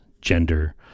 gender